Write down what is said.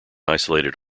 isolated